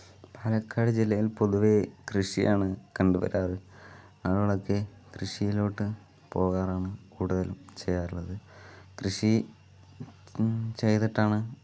പാലക്കാട് ജില്ലയൽ പൊതുവെ കൃഷിയാണ് കണ്ടുവരാറ് ആളുകളൊക്കെ കൃഷിയിലോട്ട് പോകാറാണ് കൂടുതലായും ചെയ്യാറുള്ളത് കൃഷി ചെയ്തിട്ടാണ്